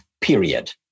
period